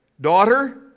daughter